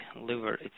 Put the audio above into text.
liver